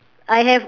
I have